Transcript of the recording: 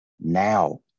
Now